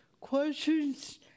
questions